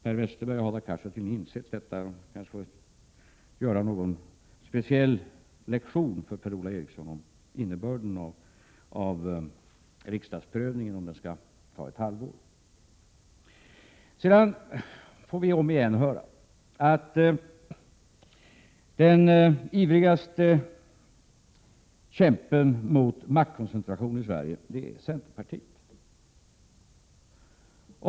Per Westerberg och Hadar Cars kanske kan ge Per-Ola Eriksson en lektion rörande innebörden av riksdagsprövningen, om den skall ta ett halvår. Sedan får vi om igen höra att den ivrigaste kämpen mot maktkoncentration i Sverige är centerpartiet.